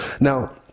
now